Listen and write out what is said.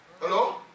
Hello